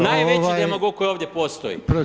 Najveći demagog koji ovdje postoji.